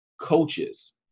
coaches